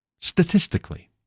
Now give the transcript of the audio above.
statistically